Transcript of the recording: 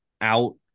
out